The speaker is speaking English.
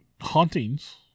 hauntings